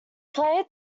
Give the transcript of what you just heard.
played